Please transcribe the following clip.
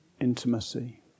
intimacy